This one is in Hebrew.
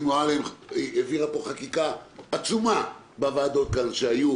מועלם העבירה פה חקיקה עצומה בוועדות הכנסת,